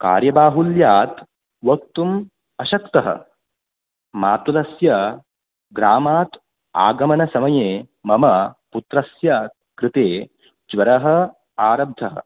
कार्यबाहुल्यात् वक्तुम् अशक्तः मातुलस्य ग्रामात् आगमनसमये मम पुत्रस्य कृते ज्वरः आरब्धः